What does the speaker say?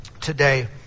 today